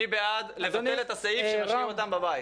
מי בעד לבטל את הסעיף שמשאיר אותם בבית?